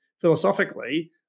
philosophically